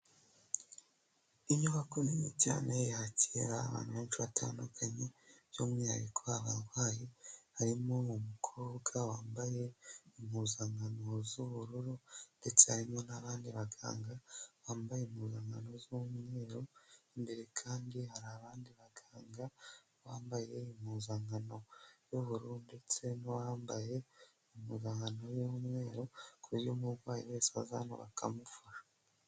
Inyubako nini cyane yakira abantu benshi batandukanye by'umwihariko abarwayi, harimo umukobwa wambaye impuzankano z'ubururu ndetse harimo n'abandi baganga bambaye impuzankano z'umweru imbere kandi hari abandi baganga bambaye impuzankano y'ubururu ndetse n'uwambaye impuzankano y'umweru kuburyo umurwayi wese baza hano bakamufasha.